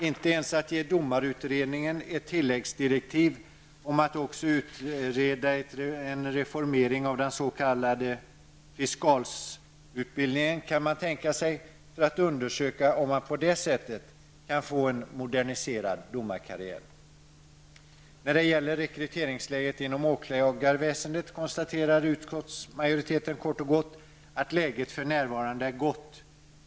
Inte ens att ge domarutredningen ett tilläggsdirektiv om att också utreda en reformering av den s.k. fiskalsutbildningen kan man tänka sig för att undersöka om man på det sättet kan få en moderniserad av domarkarriär. När det gäller rekryteringsläget inom åklagarväsendet konstaterar utskottsmajoriteten helt kort att läget för närvarande är gott.